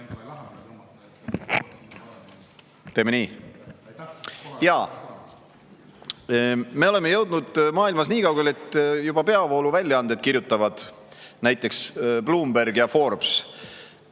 Teeme nii. Jaa, me oleme jõudnud maailmas niikaugele, et juba peavooluväljaanded, näiteks Bloomberg ja Forbes,